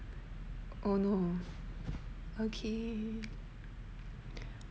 oh no okay